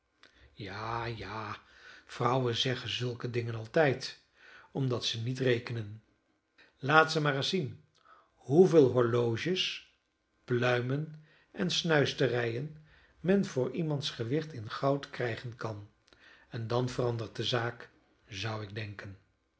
ja ja vrouwen zeggen zulke dingen altijd omdat ze niet rekenen laat ze maar eens zien hoeveel horloges pluimen en snuisterijen men voor iemands gewicht in goud krijgen kan en dan verandert de zaak zou ik denken